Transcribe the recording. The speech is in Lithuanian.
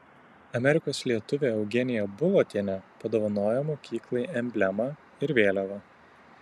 amerikos lietuvė eugenija bulotienė padovanojo mokyklai emblemą ir vėliavą